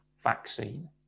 vaccine